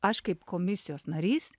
aš kaip komisijos narys